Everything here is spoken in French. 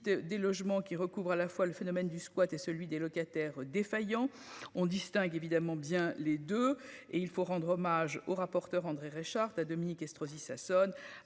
des logements qui recouvre à la fois le phénomène du squat et celui des locataires défaillants. On distingue évidemment bien les deux et il faut rendre hommage au rapporteur André Reichardt a Dominique Estrosi Sassone